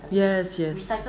yes yes